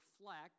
reflect